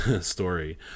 story